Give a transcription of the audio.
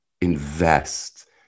invest